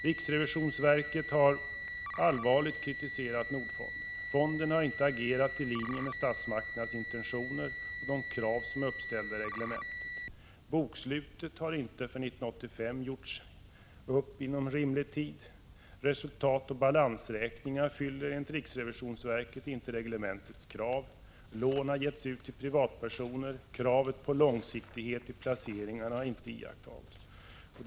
Riksrevisionsverket har allvarligt kritiserat Nordfonden. Fonden har inte agerat i linje med statsmakternas intentioner och de krav som är uppställda i reglementet. Bokslutet för 1985 har inte gjorts upp inom rimlig tid. Resultatoch balansräkningar fyller enligt riksrevisionsverket inte reglementets krav. Lån har givits till privatpersoner. Kravet på långsiktighet i placeringarna har inte iakttagits.